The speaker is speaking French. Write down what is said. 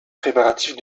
préparatifs